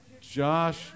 Josh